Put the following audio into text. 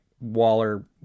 waller